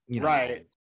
Right